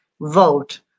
vote